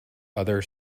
other